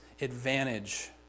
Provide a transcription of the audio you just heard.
advantage